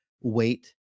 wait